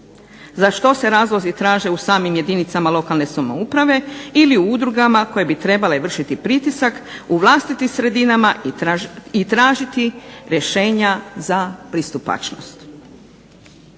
za što se razlozi traže u samim jedinicama lokalne samouprave ili u udrugama koje bi trebale vršiti pritisak u vlastitim sredinama i tražiti rješenja za pristupačnost.